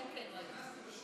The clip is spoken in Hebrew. נכנסתי בשנייה האחרונה.